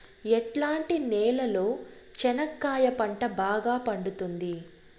ఎట్లాంటి నేలలో చెనక్కాయ పంట బాగా పండుతుంది?